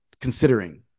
considering